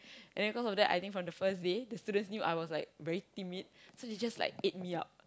and then cause of that I think from the first day the students knew I was like very timid so they just like ate me up